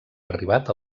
arribat